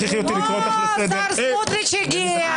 יואב סגלוביץ'?